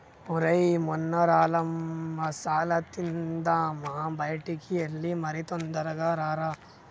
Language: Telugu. ఒరై మొన్మరాల మసాల తిందామా బయటికి ఎల్లి మరి తొందరగా రారా